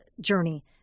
journey